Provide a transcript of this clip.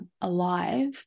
alive